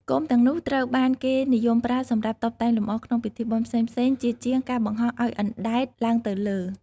គោមទាំងនេះត្រូវបានគេនិយមប្រើសម្រាប់តុបតែងលម្អក្នុងពិធីបុណ្យផ្សេងៗជាជាងការបង្ហោះឲ្យអណ្តែតឡើងទៅលើ។